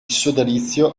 sodalizio